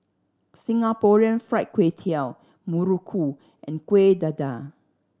Singapore Fried Kway Tiao muruku and Kuih Dadar